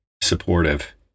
supportive